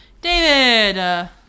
David